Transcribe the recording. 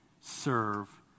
serve